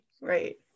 right